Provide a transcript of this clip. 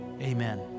Amen